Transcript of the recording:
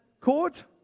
Court